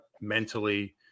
mentally